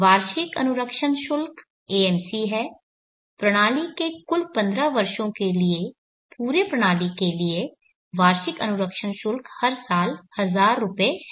वार्षिक अनुरक्षण शुल्क AMC है प्रणाली के कुल 15 वर्षों के लिए पूरे प्रणाली के लिए वार्षिक अनुरक्षण शुल्क हर साल 1000 रुपये है